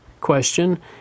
Question